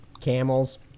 camels